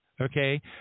Okay